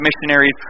missionaries